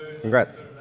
Congrats